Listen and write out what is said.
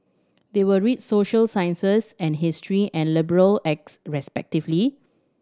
they will read social sciences and history and liberal acts respectively